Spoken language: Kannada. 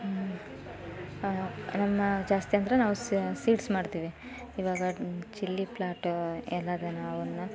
ನಮ್ಮ ಜಾಸ್ತಿ ಅಂದರೆ ನಾವು ಸೀಡ್ಸ್ ಮಾಡ್ತೀವಿ ಇವಾಗ ಚಿಲ್ಲಿ ಪ್ಲಾಟು ಎಲ್ಲದನ್ನು ಅವನ್ನು